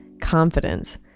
confidence